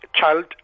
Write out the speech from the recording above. child